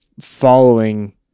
following